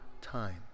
time